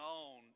on